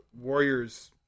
Warriors